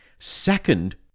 Second